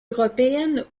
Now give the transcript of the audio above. européenne